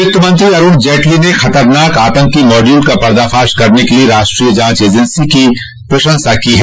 वित्तमंत्री अरूण जेटली ने खतरनाक आतंकी माड्यूल का पर्दाफाश करने के लिए राष्ट्रीय जांच एजेंसी की प्रशंसा की है